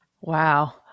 wow